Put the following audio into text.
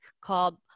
called